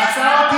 לא נכון.